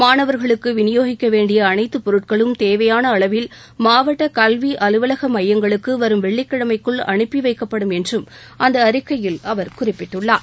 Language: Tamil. மாணவர்களுக்கு விநியோகிக்க வேண்டிய அனைத்துப் பொருட்களும் தேவையான அளவில் மாவட்ட கல்வி அலுவலக மையங்களுக்கு வரும் வெள்ளிக்கிழமைக்குள் அனுப்பிவைக்கப்படும் என்றும் அந்த அறிக்கையில் அவர் குறிப்பிட்டுள்ளார்